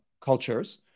cultures